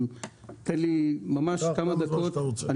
אם תיתן לי כמה דקות,